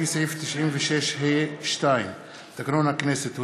לפי סעיף 96(ה)(2) לתקנון הכנסת,